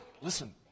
listen